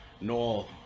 Noel